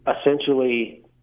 essentially